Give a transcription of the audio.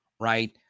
Right